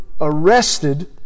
arrested